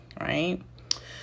right